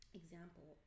example